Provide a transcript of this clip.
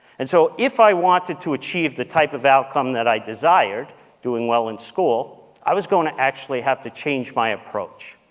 and so, if i wanted to achieve the type of outcome that i desire doing well in school i was going to actually have to change my approach.